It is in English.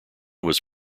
was